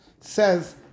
says